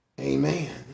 Amen